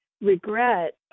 regret